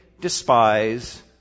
Despise